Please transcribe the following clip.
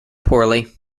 poorly